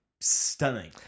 Stunning